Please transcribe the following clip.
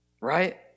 Right